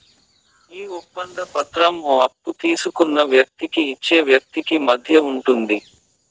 ఈ ఒప్పంద పత్రం అప్పు తీసుకున్న వ్యక్తికి ఇచ్చే వ్యక్తికి మధ్య ఉంటుంది